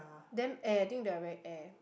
then and I think they are wearing air